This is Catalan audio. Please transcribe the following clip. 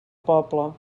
poble